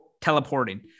Teleporting